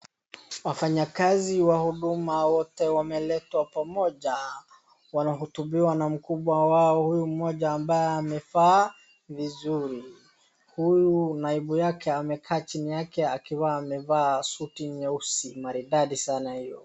wafanyikazi wa huduma wote wameletwa pamoja wanahutubiwa na mkubwa wao huyu mmoja ambaye amevaa vizuri huku naibu wake amekaa chini yake akiwa amevaa suti nyeusi maridadi sana hiyo